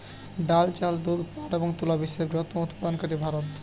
ডাল, চাল, দুধ, পাট এবং তুলা বিশ্বের বৃহত্তম উৎপাদনকারী ভারত